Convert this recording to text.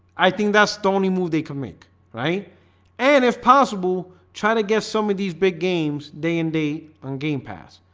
i think that's the only move they can make right and if possible try to get some of these big games day and day on game pass